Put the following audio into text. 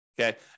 Okay